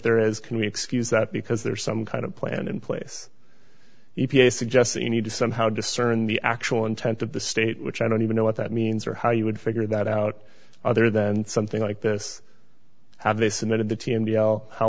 there is can we excuse that because there's some kind of plan in place e p a suggests you need to somehow discern the actual intent of the state which i don't even know what that means or how you would figure that out other than something like this how